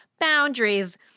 Boundaries